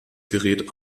gerät